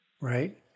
Right